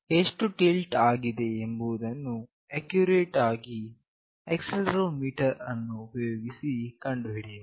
ಎಷ್ಟು ಟಿಲ್ಟ್ ಆಗಿದೆ ಎಂಬುದನ್ನು ಅಕ್ಯುರೇಟ್ ಆಗಿ ಆಕ್ಸೆಲೆರೋಮೀಟರ್ ಅನ್ನು ಉಪಯೋಗಿಸಿ ಕಂಡುಹಿಡಿಯಬಹುದು